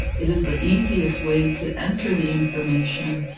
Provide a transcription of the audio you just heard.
it is the easiest way to enter the information,